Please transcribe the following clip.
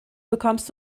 bekommst